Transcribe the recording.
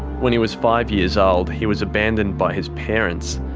when he was five years old, he was abandoned by his parents,